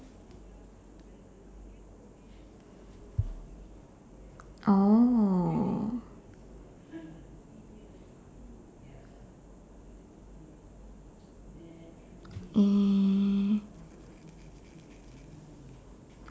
oh err